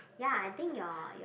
ya I think your your